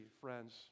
friends